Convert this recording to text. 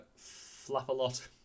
Flapalot